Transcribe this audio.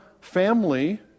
family